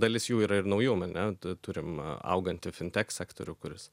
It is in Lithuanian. dalis jų yra ir naujų ane turim augantį fintek sektorių kuris